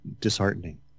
disheartening